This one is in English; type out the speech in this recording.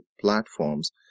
platforms